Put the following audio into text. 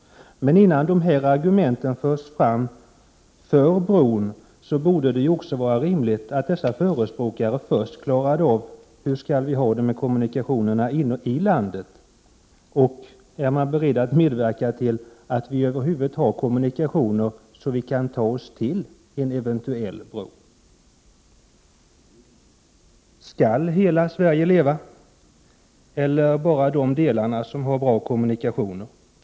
Men innan dessa argument för bron förs fram, borde det vara rimligt att förespråkarna för en bro först klarade av hur vi skall ha det med kommunikationerna inne i landet. Är man beredd att medverka till att vi över huvud taget har kommunikationer som gör att vi kan ta oss till en eventuell bro? Skall hela Sverige leva eller bara de delar som har bra kommunikationer?